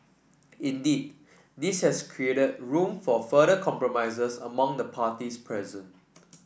indeed this has created room for further compromises among the parties present